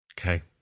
Okay